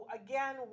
again